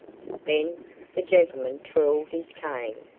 then the gentleman twirled his cane,